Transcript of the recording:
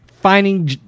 Finding